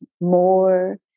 more